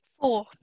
Four